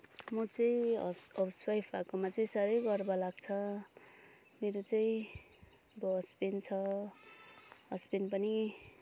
म चाहिँ house housewife भएकोमा चाहिँ साह्रै गर्व लाग्छ मेरो चाहिँ अब हसबेन्ड छ हसबेन्ड पनि